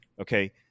okay